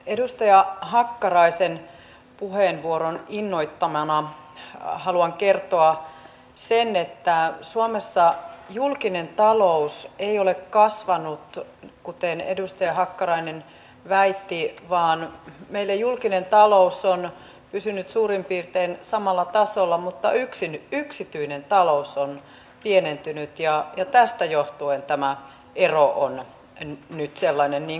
edustaja hakkaraisen puheenvuoron innoittamana haluan kertoa että suomessa julkinen talous ei ole kasvanut kuten edustaja hakkarainen väitti vaan meidän julkinen taloutemme on pysynyt suurin piirtein samalla tasolla mutta yksityinen talous on pienentynyt ja tästä johtuen tämä ero on nyt sellainen kuin se on